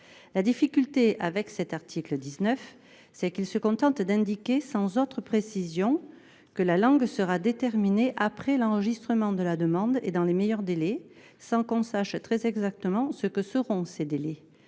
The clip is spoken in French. Le problème de l’article 19 est qu’il se contente d’indiquer, sans autre précision, que la langue sera déterminée après l’enregistrement de la demande et dans les meilleurs délais, sans que l’on connaisse très exactement l’ampleur de ces délais.